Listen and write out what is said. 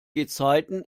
gezeiten